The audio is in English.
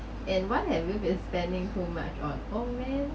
and what have you been spending too much on oh man